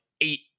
eight